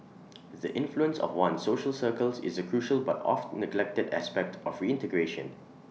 the influence of one's social circles is A crucial but oft neglected aspect of reintegration